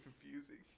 confusing